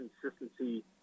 consistency